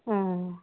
অঁ